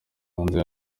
hanze